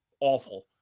awful